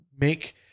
make